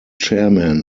chairman